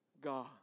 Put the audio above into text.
God